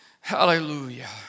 Hallelujah